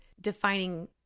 defining